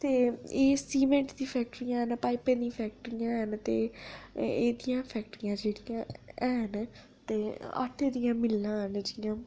ते एह् सीमेंट दियां फैक्टरियां न पाइपें दियां फैक्टरियां हैन ते एह्कियां फैक्टरियां जेह्कियां हैन ते आटे दियां मिल्लां हैन जि'यां